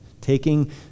taking